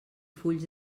fulls